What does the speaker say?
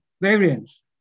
variants